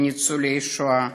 לניצולי השואה,